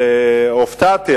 הופתעתי,